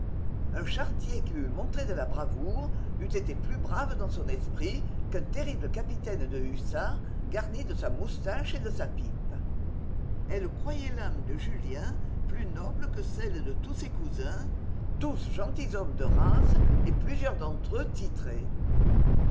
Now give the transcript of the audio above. un charretier qui eût montré de la bravoure eût été plus brave dans son esprit qu'un terrible capitaine de hussards garni de sa moustache et de sa pipe elle croyait l'âme de julien plus noble que celle de tous ses cousins tous gentilshommes de race et plusieurs d'entre eux titrés